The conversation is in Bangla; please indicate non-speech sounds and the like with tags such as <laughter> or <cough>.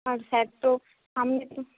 আর স্যার তো <unintelligible>